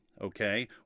okay